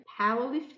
Powerlifting